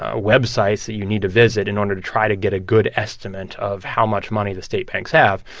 ah websites that you need to visit in order to try to get a good estimate of how much money the state banks have.